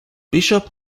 bishop